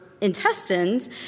intestines